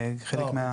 בחלק --- אה,